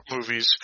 movies